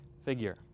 figure